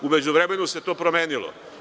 U međuvremenu se to promenilo.